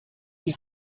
die